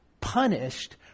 punished